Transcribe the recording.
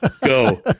Go